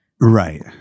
right